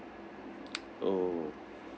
oh